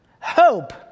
hope